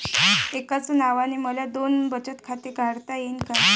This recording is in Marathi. एकाच नावानं मले दोन बचत खातं काढता येईन का?